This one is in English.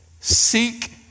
Seek